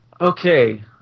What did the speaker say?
Okay